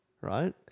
right